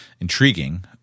intriguing